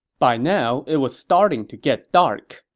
by now, it was starting to get dark.